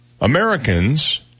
Americans